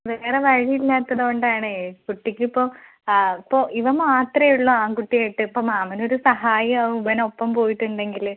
വേറെ വഴിയില്ലാത്തത് കൊണ്ടാണേ കുട്ടിക്കിപ്പോൾ ആ ഇപ്പോൾ ഇവൻ മാത്രമേ ഉളളൂ ആൺകുട്ടിയായിട്ട് ഇപ്പോൾ മാമനൊരു സഹായമാവും ഇവൻ ഒപ്പം പോയിട്ടുണ്ടെങ്കിൽ